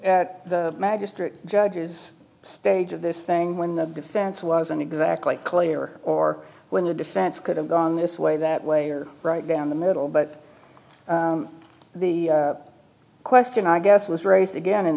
at the magazine judges stage of this thing when the defense wasn't exactly clear or when the defense could have gone this way that way or right down the middle but the question i guess was raised again in